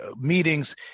meetings